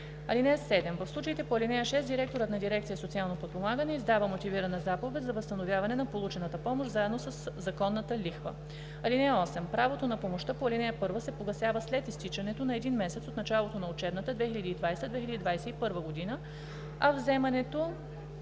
(7) В случаите по ал. 6 директорът на дирекция „Социално подпомагане“ издава мотивирана заповед за възстановяване на получената помощ заедно със законната лихва. (8) Правото на помощта по ал. 1 се погасява след изтичането на един месец от началото на учебната 2020/2021 г., а вземането